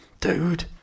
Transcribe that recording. Dude